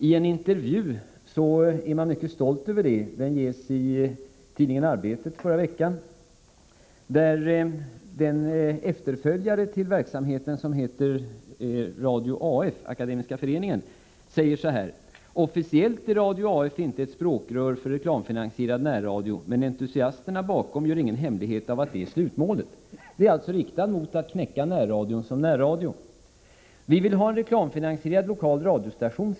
I en intervju i tidningen Arbetet i förra veckan är man mycket stolt över det. Om efterföljaren till Radio P 4, som heter Radio AF — Akademiska föreningen — sägs det: ”Officiellt är Radio AF inte ett språkrör för reklamfinansierad närradio men entusiasterna bakom gör ingen hemlighet av att det är slutmålet med sändningarna.” Verksamheten är alltså tänkt att knäcka närradion som närradio. ”Vi vill ha en reklamfinansierad lokal radiostation ———.